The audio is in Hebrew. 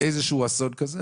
איזשהו אסון כזה,